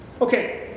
Okay